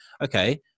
okay